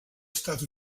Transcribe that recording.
estat